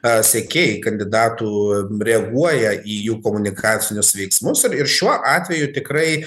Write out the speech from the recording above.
a sekėjai kandidatų reaguoja į jų komunikacinius veiksmus ir ir šiuo atveju tikrai